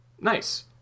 Nice